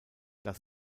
das